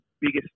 biggest